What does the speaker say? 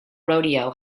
rodeo